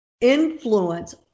influence